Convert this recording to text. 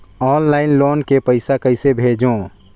Online loan के पईसा कइसे भेजों?